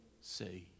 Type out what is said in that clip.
say